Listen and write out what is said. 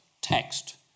text